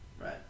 right